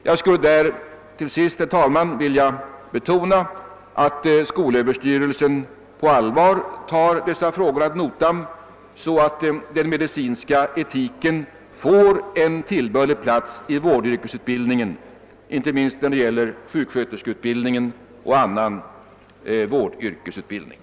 Jag skulle till sist, herr talman, vilja betona att det är viktigt att skolöverstyrelsen verkligen tar dessa frågor ad notam så att den medicinska etiken får en tillbörlig plats i vårdyrkesutbildningen, inte minst när det gäller sjuk ser inom arbetsmarknadsverket att riksdagen måtte som sitt yttrande ge Kungl. Maj:t till känna vad utskottet anfört,